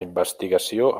investigació